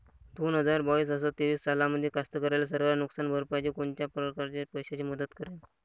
दोन हजार बावीस अस तेवीस सालामंदी कास्तकाराइले सरकार नुकसान भरपाईची कोनच्या परकारे पैशाची मदत करेन?